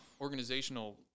organizational